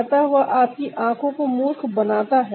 अतः वह आपकी आंखों को मूर्ख बनाता है